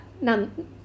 none